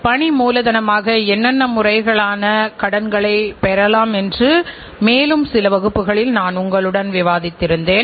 இப்போது நாம் இந்த நிர்வாக கணக்கியல் பாடத்தின் கடைசிப் பகுதியில் இருக்கிறோம்